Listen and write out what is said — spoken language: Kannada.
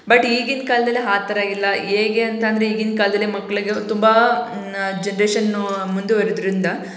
ಬಟ್ ಈಗಿನ ಕಾಲ್ದಲ್ಲಿ ಹಾ ಥರ ಇಲ್ಲ ಹೇಗೆ ಅಂತಂದರೆ ಈಗಿನ ಕಾಲದಲ್ಲಿ ಮಕ್ಳಿಗೆ ತುಂಬ ನ ಜನ್ರೇಷನ್ನೂ ಮುಂದುವರೆದ್ರಿಂದ